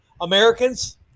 Americans